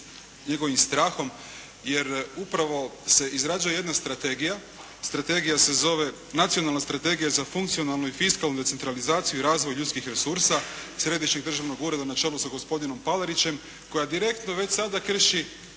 njegovim strahom jer upravo se izrađuje jedna strategija. Strategija se zove Nacionalna strategija za funkcionalnu i fiskalnu decentralizaciju i razvoj ljudskih resursa Središnjeg državnog ureda na čelu sa gospodinom Palarićem koja direktno već sada krši